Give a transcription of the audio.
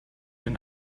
den